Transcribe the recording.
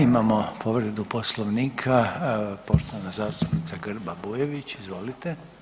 Imamo povredu Poslovnika, poštovana zastupnika Grba Bujević, izvolite.